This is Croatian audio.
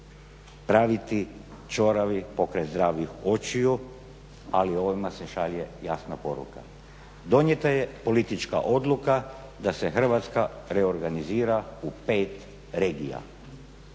praviti čoravi pokraj zdravih očiju, ali ovime se šalje jasna poruka. Donijeta je politička odluka da se Hrvatska reorganizira u pet regija.